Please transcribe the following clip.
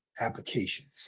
applications